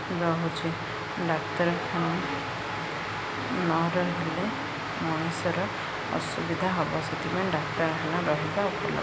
ରହୁଛି ଡାକ୍ତରଖାନା ନ ରହିଲେ ମଣିଷର ଅସୁବିଧା ହବ ସେଥିପାଇଁ ଡାକ୍ତରଖାନା ରହିବା ଉଲ୍ଲେଖ